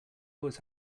always